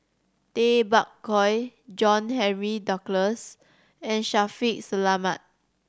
Tay Bak Koi John Henry Duclos and Shaffiq Selamat